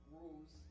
rules